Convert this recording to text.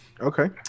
Okay